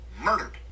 murdered